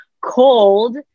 cold